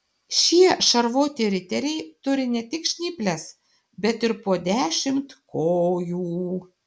šie šarvuoti riteriai turi ne tik žnyples bet ir po dešimt kojų